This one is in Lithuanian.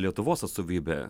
lietuvos atstovybė